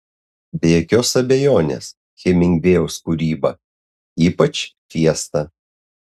be jokios abejonės hemingvėjaus kūryba ypač fiesta